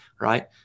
right